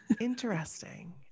Interesting